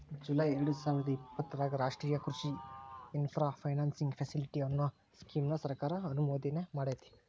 July ಎರ್ಡಸಾವಿರದ ಇಪ್ಪತರಾಗ ರಾಷ್ಟ್ರೇಯ ಕೃಷಿ ಇನ್ಫ್ರಾ ಫೈನಾನ್ಸಿಂಗ್ ಫೆಸಿಲಿಟಿ, ಅನ್ನೋ ಸ್ಕೇಮ್ ನ ಸರ್ಕಾರ ಅನುಮೋದನೆಮಾಡೇತಿ